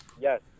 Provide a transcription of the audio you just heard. Yes